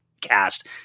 cast